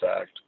Act